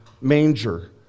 manger